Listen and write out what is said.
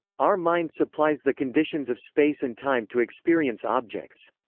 our mind supplies the conditions of space and time to experience objects.